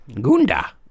Gunda